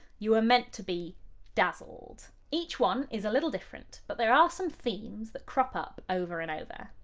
you were meant to be dazzled. each one is a little different, but there are some themes that crop up over and over.